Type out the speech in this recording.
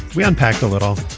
we unpack a little.